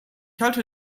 halte